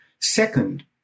Second